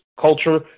culture